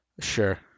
Sure